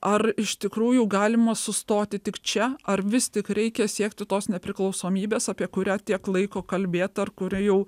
ar iš tikrųjų galima sustoti tik čia ar vis tik reikia siekti tos nepriklausomybės apie kurią tiek laiko kalbėta ar kuri jau